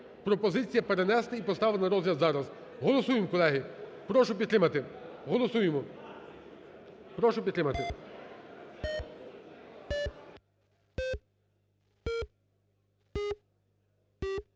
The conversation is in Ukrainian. пропозиція перенести і поставити на розгляд зараз. Голосуємо, колеги. Прошу підтримати. Голосуємо. Прошу підтримати.